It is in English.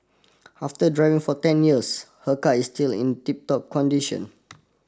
after driving for ten years her car is still in tiptop condition